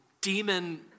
demon